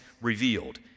revealed